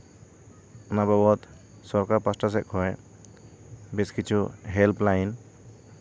ᱚᱱᱟ ᱵᱟᱵᱚᱛ ᱥᱚᱨᱠᱟᱨ ᱯᱟᱥᱴᱟ ᱥᱮᱡ ᱠᱷᱚᱡ ᱵᱮᱥ ᱠᱤᱪᱷᱩ ᱦᱮᱞᱯ ᱞᱟᱭᱤᱱ